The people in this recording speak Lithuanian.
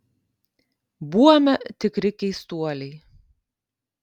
buome tikri keistuoliai